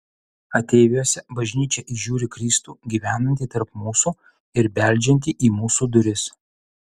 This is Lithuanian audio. ateiviuose bažnyčia įžiūri kristų gyvenantį tarp mūsų ir beldžiantį į mūsų duris